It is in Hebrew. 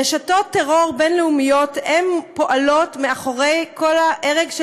רשתות טרור בין-לאומיות פועלות מאחורי כל ההרג של